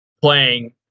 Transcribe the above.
playing